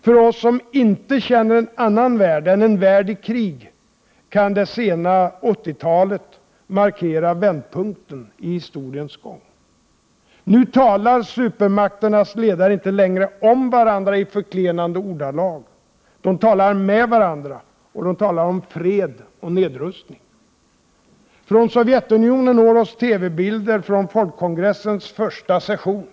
För oss som inte känner någon annan värld än en värld i krig, kan det sena 80-talet markera vändpunkten i historiens gång. Nu talar supermakternas ledare inte längre om varandra i förklenande ordalag. De talar med varandra och de talar om fred och nedrustning. Från Sovjetunionen når oss TV-bilder från folkkongressens första session.